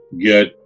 get